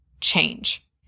change